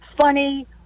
funny